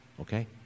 Okay